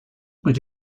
were